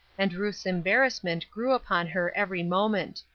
and ruth's embarrassment grew upon her every moment.